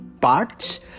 parts